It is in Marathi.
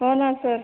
हो ना सर